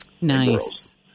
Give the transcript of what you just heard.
Nice